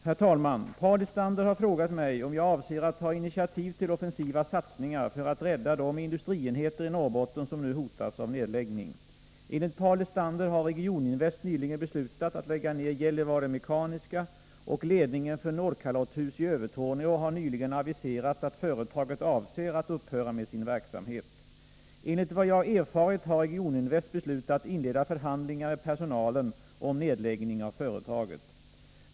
Herr talman! Paul Lestander har frågat mig om jag avser att ta initiativ till offensiva satsningar för att rädda de industrienheter i Norrbotten som nu hotas av nedläggning. Enligt Paul Lestander har Regioninvest nyligen beslutat att lägga ner Gällivare Mekaniska, och ledningen för Nordkalotthus i Övertorneå har nyligen aviserat att företaget avser att upphöra med sin verksamhet. Enligt vad jag erfarit har Regioninvest beslutat inleda förhandlingar med personalen om nedläggning av företaget.